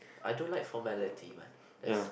I don't like formality one as